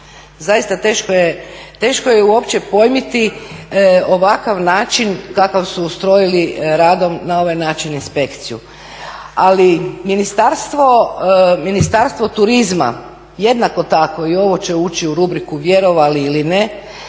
Zaista teško je uopće pojmiti ovakav način kakav su ustrojili radom na ovaj način inspekciju. Ali Ministarstvo turizma jednako tako i ovo će ući u rubriku vjerovali ili ne